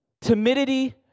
timidity